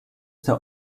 der